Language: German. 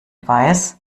weiß